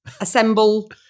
assemble